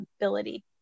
ability